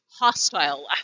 hostile